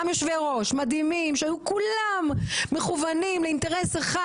יושבי ראש מדהימים שהיו כולם מכוונים לאינטרס אחד,